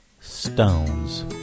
Stones